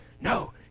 no